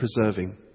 preserving